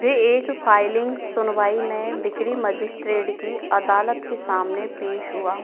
वे एक फाइलिंग सुनवाई मे बिक्री मजिस्ट्रेट की अदालत के सामने पेश हुआ